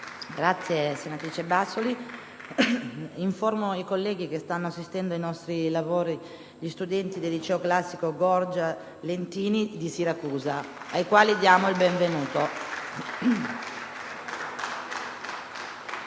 finestra"). Informo i colleghi che stanno assistendo ai nostri lavori gli studenti del liceo classico "Gorgia" di Lentini, Siracusa, ai quali diamo il benvenuto.